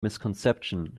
misconception